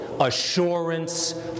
assurance